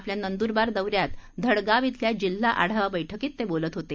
आपल्या नंदूरबार दौऱ्यात धडगाव शिल्या जिल्हा आढावा बैठकीत ते बोलत होते